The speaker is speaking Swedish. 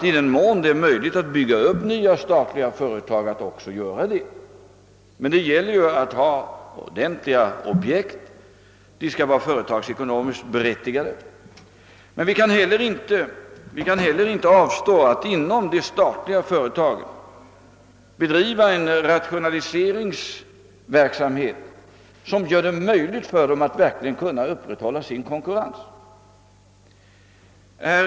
I den mån det är möjligt kommer vi att bygga upp nya statliga företag. Objekten måste emellertid då vara företagsekonomiskt berättigade. Vi kan heller inte avstå från att inom de statliga företagen bedriva en rationaliseringsverksamhet som gör det möjligt för dessa företag att upprätthålla sin konkurrensförmåga.